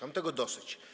Mam tego dosyć.